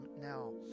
now